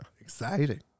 Exciting